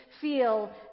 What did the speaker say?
feel